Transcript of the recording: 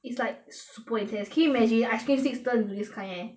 it's like super intense can you imagine